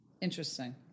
Interesting